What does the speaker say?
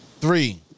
Three